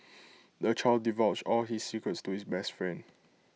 the child divulged all his secrets to his best friend